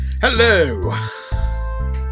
Hello